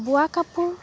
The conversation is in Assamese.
বোৱা কাপোৰ